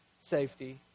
safety